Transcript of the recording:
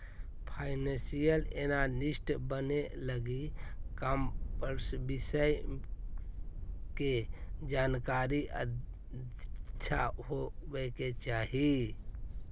financial analyst बने लगी commerce विषय के जानकारी अच्छा होवे के चाही